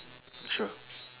sure